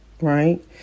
right